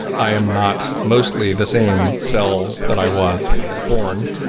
i am not mostly the same cells that i was when i was born.